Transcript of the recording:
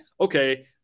okay